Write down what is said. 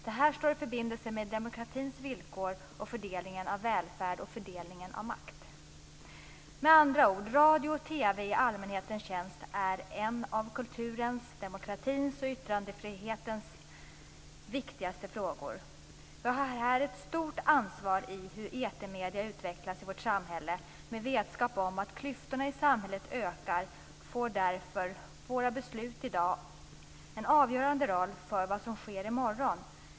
Det här står i förbindelse med demokratins villkor och med fördelningen av välfärd och makt. Med andra ord är radio och TV i allmänhetens tjänst en av kulturens, demokratins och yttrandefrihetens viktigaste frågor. Vi har här, med vetskap om att klyftorna i samhället ökar, ett stort ansvar för hur etermedierna utvecklas i vårt samhälle. Våra beslut i dag får därför avgörande betydelse för vad som sker i morgon.